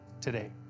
today